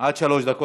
עד שלוש דקות.